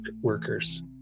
workers